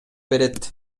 берет